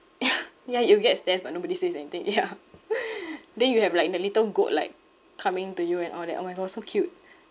ya you'll get stares but nobody says anything yeah then you have like the little goat like coming to you and all that oh my god so cute